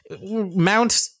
mount